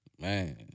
Man